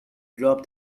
drop